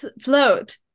float